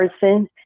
person